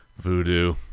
Voodoo